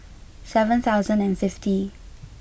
seven thousand and fifty